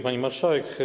Pani Marszałek!